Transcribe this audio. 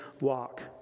walk